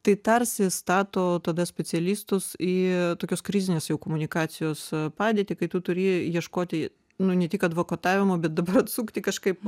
tai tarsi stato tada specialistus į tokios krizinės jau komunikacijos padėtį kai tu turi ieškoti nu ne tik advokatavimo bet dabar atsukti kažkaip